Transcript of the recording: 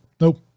Nope